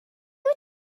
wyt